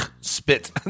Spit